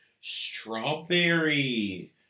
strawberry